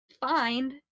find